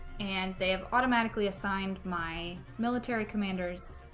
and they have automatically assigned my military commanders